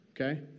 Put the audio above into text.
Okay